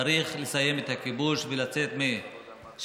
צריך לסיים את הכיבוש ולצאת מ-67',